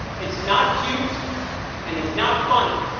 it's not cute and it's not funny!